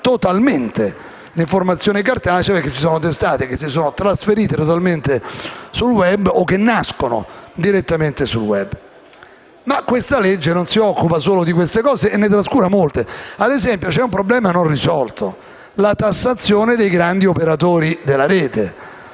totalmente l'informazione cartacea, in quanto ci sono testate che si sono trasferite totalmente o che nascono direttamente sul *web*. La legge in esame non si occupa solo di queste cose e ne trascura molte. Vi è, ad esempio, un problema non risolto: la tassazione dei grandi operatori della rete,